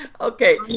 okay